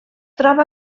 troba